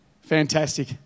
Fantastic